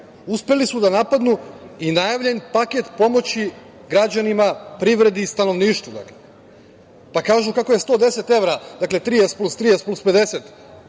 uspeli su da napadnu i najavljen paket pomoći građanima, privredi i stanovništva. Kažu kako je 110 evra, dakle, 30 plus 30 plus 50